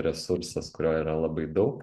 resursas kurio yra labai daug